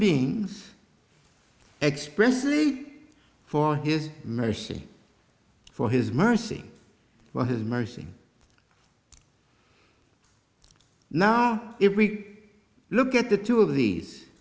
being's expressly for his mercy for his mercy while his mercy now if we look at the two of these